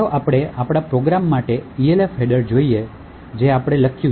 ચાલો આપણે આપણા પ્રોગ્રામ માટે Elf હેડર જોઈએ જે આપણે લખ્યું છે